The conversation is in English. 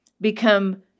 become